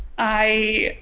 i